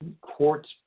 courts